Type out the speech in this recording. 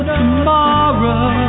tomorrow